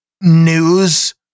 news